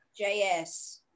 JS